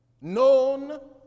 known